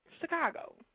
Chicago